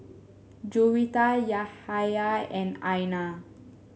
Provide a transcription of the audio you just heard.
Juwita Yahya and Aina